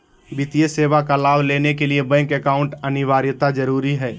वित्तीय सेवा का लाभ लेने के लिए बैंक अकाउंट अनिवार्यता जरूरी है?